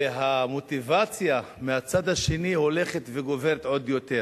והמוטיבציה מהצד השני הולכת וגוברת עוד יותר,